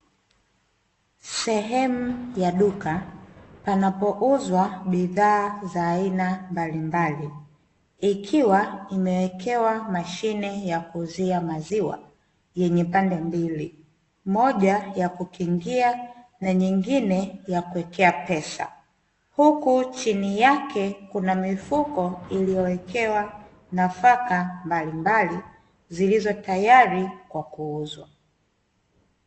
Sehemu ya duka panapouzwa bidhaa za aina mbalimbali, ikiwa imewekewa mashine ya kuuzia maziwa yenye pande mbili moja ya kukingia na nyingine ya kuwekea pesa, huku chini yake kuna mifuko iliyowekewa nafaka mbalimbali zilizo tayari kwa kuuzwa.